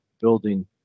building